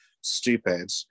stupid